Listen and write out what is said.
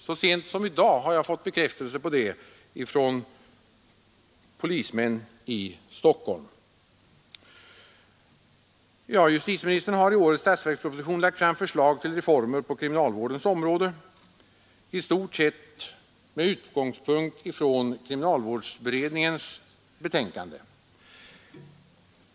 Så sent som i dag har jag fått bekräftelse på det från polismän i Stockholm. Justitieministern har i årets statsverksproposition lagt fram förslag till reformer på kriminalvårdens område i stort sett med utgångspunkt i kriminalvårdsberedningens betänkande.